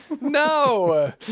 no